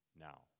Now